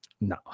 no